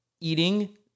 eating